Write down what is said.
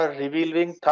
revealing